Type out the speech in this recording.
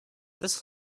this